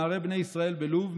נערי בני ישראל בלוב,